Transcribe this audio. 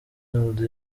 melody